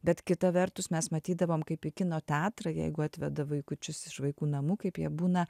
bet kita vertus mes matydavom kaip į kino teatrą jeigu atveda vaikučius iš vaikų namų kaip jie būna